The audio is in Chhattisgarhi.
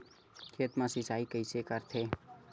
खेत मा सिंचाई कइसे करथे?